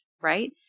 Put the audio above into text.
right